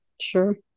Sure